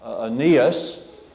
Aeneas